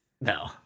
No